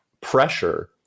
pressure